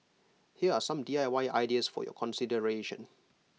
here are some D I Y ideas for your consideration